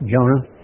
Jonah